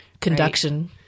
conduction